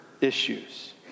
issues